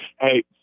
Hey